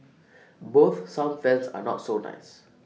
both some fans are not so nice